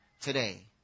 today